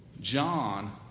John